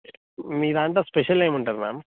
మీ దాంటో స్పెషల్ ఏమి ఉంటుంది మ్యామ్